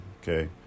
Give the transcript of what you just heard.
okay